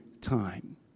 time